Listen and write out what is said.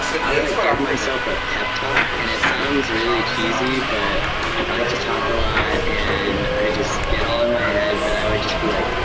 i would like give myself a pep talk. and it sounds really cheesy but i like to talk a lot, and i just get all in my head, but i would just be like,